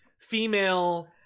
female